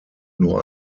nur